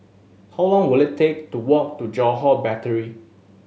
how long will it take to walk to Johore Battery